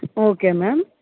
okay ma'am